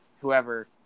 whoever